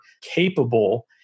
capable